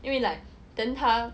因为 like then 他